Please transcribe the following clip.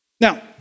Now